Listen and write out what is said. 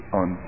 on